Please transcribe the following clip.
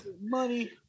Money